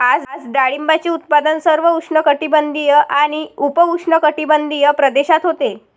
आज डाळिंबाचे उत्पादन सर्व उष्णकटिबंधीय आणि उपउष्णकटिबंधीय प्रदेशात होते